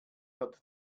hat